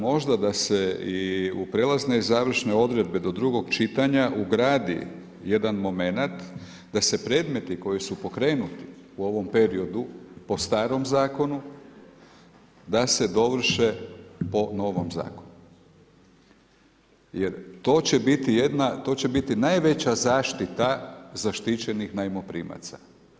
Možda da se i u prijelazne i završne odredbe do drugog čitanja ugradi jedan momenat da se predmeti koji su pokrenuti u ovom periodu po starom zakonu, da se dovrše po novom zakonu jer to će biti jedna, to će biti najveća zaštita zaštićenih najmoprimaca.